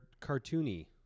cartoony